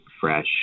fresh